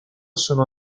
sono